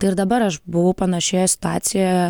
tai ir dabar aš buvau panašioje situacijoje